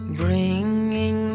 bringing